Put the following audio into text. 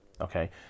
okay